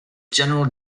general